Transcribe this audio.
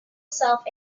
self